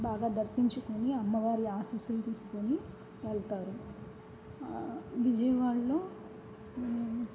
బాగా దర్శించుకొని అమ్మవారి ఆశీస్సులు తీసుకొని వెళ్తారు విజయవాడలో